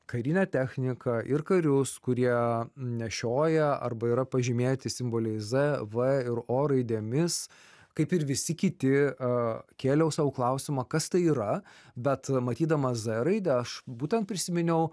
karinę techniką ir karius kurie nešioja arba yra pažymėti simboliais z v ir o raidėmis kaip ir visi kiti ė kėliau sau klausimą kas tai yra bet matydamas z raidę aš būtent prisiminiau